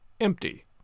empty